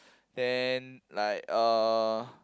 then like a